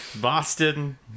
Boston